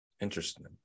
interesting